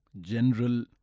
General